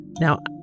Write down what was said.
Now